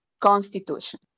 constitution